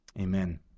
Amen